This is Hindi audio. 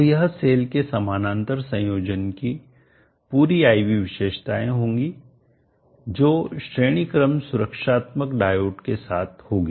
तो यह सेल के समानांतर संयोजन की पूरी I V विशेषताएँ होंगी जो श्रेणी क्रम सुरक्षात्मक डायोड के साथ होंगी